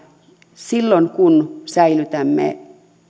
silloin kun säilytämme